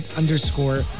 underscore